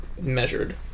measured